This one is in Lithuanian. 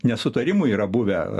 nesutarimų yra buvę